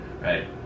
right